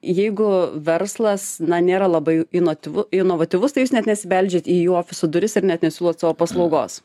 jeigu verslas na nėra labai inotyvu inovatyvus tai jūs net nesibeldžiat jų į ofiso duris ir net nesiūlot savo paslaugos